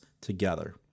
together